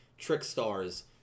Trickstars